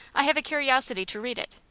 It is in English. i have a curiosity to read it.